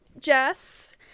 Jess